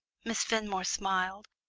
miss fenmore smiled,